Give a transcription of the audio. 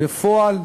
בפועל,